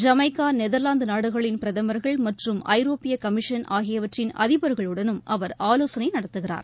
Jamaica Netherlands நாடுகளின் பிரதமர்கள் மற்றும் ஐரோப்பிய கமிஷன் ஆகியவற்றின் அதிபர்களுடனும் அவர் ஆலோசனை நடத்துகிறார்